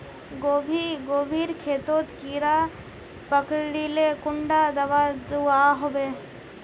गोभी गोभिर खेतोत कीड़ा पकरिले कुंडा दाबा दुआहोबे?